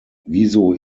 wieso